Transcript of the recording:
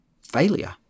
failure